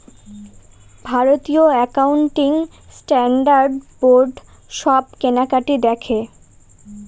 ভারতীয় accounting standard board সব কেনাকাটি দেখে